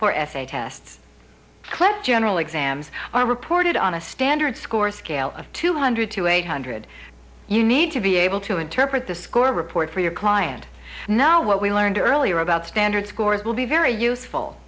for essay test clips general exams are reported on a standard score scale of two hundred to eight hundred you need to be able to interpret the score report for your client now what we learned earlier about standard scores will be very useful